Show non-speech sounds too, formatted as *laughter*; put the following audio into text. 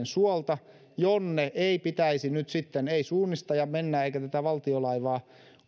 *unintelligible* suolta jonne ei pitäisi nyt sitten suunnistajan mennä eikä tätä valtiolaivaa